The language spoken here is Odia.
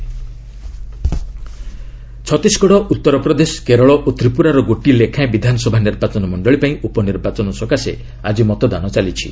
assembly by election Chhattisgarh Uttar Pradesh Kerala ଓ ତ୍ରିପୁରାର ଗୋଟିଏ ଲେଖାଏଁ ବିଧାନସଭା ନିର୍ବାଚନମଣ୍ଡଳୀ ପାଇଁ ଉପନିର୍ବାଚନ ସକାଶେ ଆଜି ମତଦାନ ଚାଲିଛି